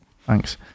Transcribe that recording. thanks